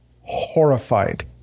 horrified